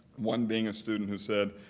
one being a student who said,